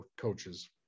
coaches